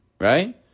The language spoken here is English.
Right